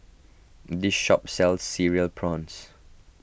this shop sells Cereal Prawns